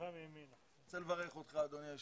אדוני היושב-ראש,